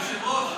היושב-ראש,